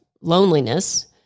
loneliness